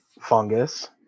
fungus